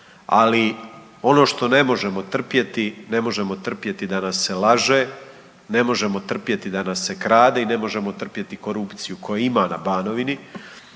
ali ono što ne možemo trpjeti, ne možemo trpjeti da nas se laže, ne možemo trpjeti da nas se krade i ne možemo trpjeti korupciju koje ima na Banovini.